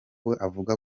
avuga